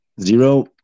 zero